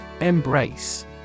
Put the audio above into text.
Embrace